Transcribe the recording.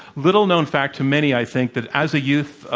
little-known fact to many, i think, that, as a youth,